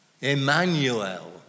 Emmanuel